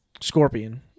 Scorpion